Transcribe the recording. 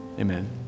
Amen